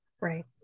Right